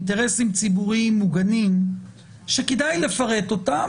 אינטרסים ציבוריים מוגנים שכדאי לפרט אותם